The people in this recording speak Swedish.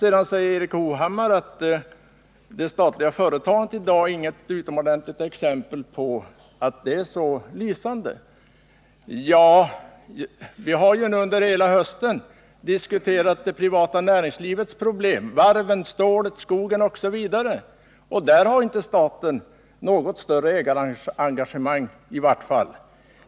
Erik Hovhammar säger att det statliga företagandet är inget utomordentligt exempel på att statligt engagemang är så lysande. Ja, vi har ju nu under hela hösten diskuterat det privata näringslivets problem — varven, stålet, skogen osv. — och där har inte staten något större ägarengagemang i vart fall.